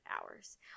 hours